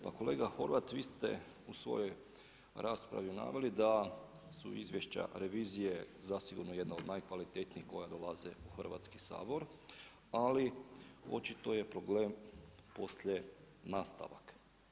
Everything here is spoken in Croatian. Pa kolega Horvat, vi ste u svojoj raspravi naveli, da su izvješća revizije zasigurno jedna od najkvalitetnijih koja dolaze u Hrvatski sabor, ali očito je problem poslije nastavak.